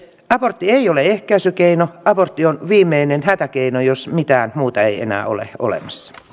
abortti ei ole ehkäisykeino abortti on viimeinen hätäkeino jos mitään muuta ei enää ole olemassa